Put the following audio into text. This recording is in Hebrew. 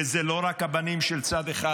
וזה לא רק הבנים של צד אחד,